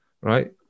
right